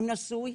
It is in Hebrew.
הוא נשוי,